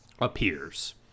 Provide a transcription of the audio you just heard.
appears